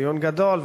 דיון גדול,